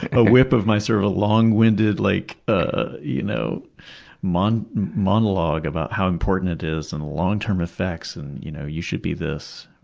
a whip of my sort of long-winded like ah you know monologue about how important it is and long-term effects, and you know you should be this.